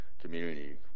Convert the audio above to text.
community